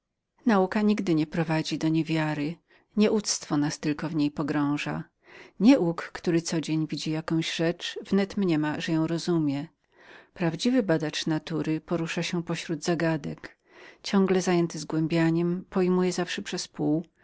nauka nigdy nie prowadzi do niedowiarstwa ciemnota nas tylko w niem pogrąża człowiek ciemny aby tylko codzień widział jaką rzecz wnet mniema że ją rozumie prawdziwy badacz natury wiecznie postępuje pośród zagadek ciągle zajęty zgłębianiem pojmuje zawsze